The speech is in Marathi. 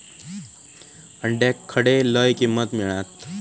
अंड्याक खडे लय किंमत मिळात?